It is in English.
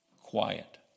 quiet